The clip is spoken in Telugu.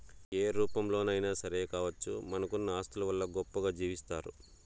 ఏ రూపంలోనైనా సరే కావచ్చు మనకున్న ఆస్తుల వల్ల గొప్పగా జీవిస్తారు